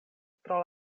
pro